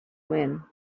win